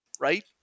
right